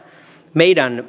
meidän